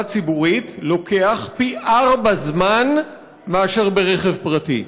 ציבורית לוקח פי ארבעה זמן מאשר ברכב פרטי.